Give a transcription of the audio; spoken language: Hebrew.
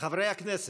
חברי הכנסת,